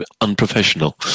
unprofessional